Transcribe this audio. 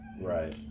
Right